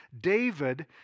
David